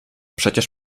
przecież